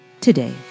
today